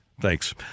Thanks